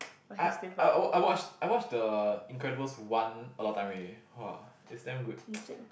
I I I watch I watch the Incredibles One a lot time already !wah! it's damn good